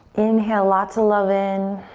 inhale, lots of love in.